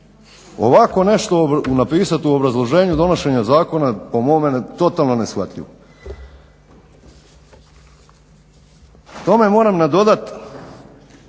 Ovakvo nešto napisati u obrazloženju donošenja zakona po mome je totalno neshvatljivo. K tome moram nadodati